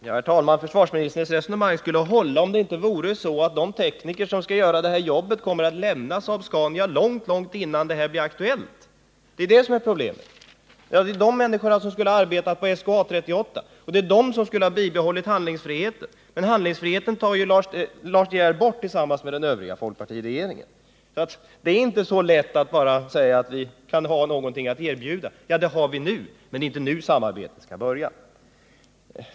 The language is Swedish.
Herr talman! Försvarsministerns resonemang skulle hålla om det inte vore så att de tekniker som skall göra jobbet kommer att ha lämnat Saab-Scania långt innan det här projektet blir aktuellt. Det är det som är problemet. De människor som skulle ha arbetat med SK 38/A 38 skulle ha varit garantin för bibehållen handlingsfrihet. Men den handlingsfriheten tar Lars De Geer tillsammans med den övriga folkpartiregeringen bort. Problemet är inte så enkelt att vi bara kan säga att vi har någonting att erbjuda. Det har vi nu, men det är inte nu samarbetet skall börja.